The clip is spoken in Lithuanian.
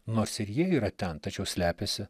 nors ir ji yra ten tačiau slepiasi